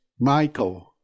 Michael